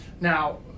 Now